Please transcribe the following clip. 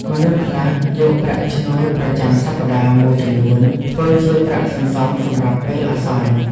មនុស្សខ្លះយកប្រាក់ឈ្នួលប្រចាំសប្តាហ៍មួយចំនួន ធ្វើជាប្រាក់សន្សំសម្រាប់ពេលអាសន្ន។